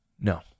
No